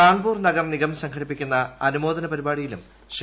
കാൺപൂർ നഗർ നിഗം സംഘടിപ്പിക്കുന്ന അനുമോദന പരിപാടിയിലും ശ്രീ